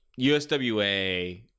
USWA